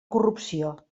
corrupció